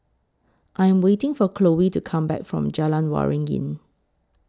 I Am waiting For Khloe to Come Back from Jalan Waringin